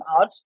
out